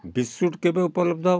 biscuit କେବେ ଉପଲବ୍ଧ ହେବ